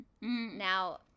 Now